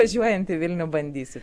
važiuojant į vilnių bandysiu